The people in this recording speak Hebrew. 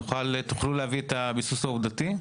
תוכלו להביא את הביסוס העובדתי?